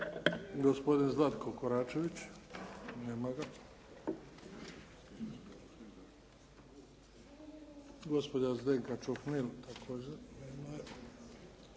Gospodin Zlatko Koračević? Nema ga. Gospođa Zdenka Čuhnil, također nema je.